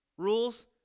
Rules